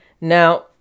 Now